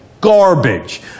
Garbage